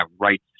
right